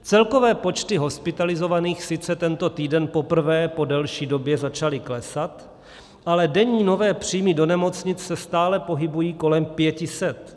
Celkové počty hospitalizovaných sice tento týden poprvé po delší době začaly klesat, ale denní nové příjmy do nemocnic se stále pohybují kolem 500.